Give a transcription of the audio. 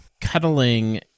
cuddling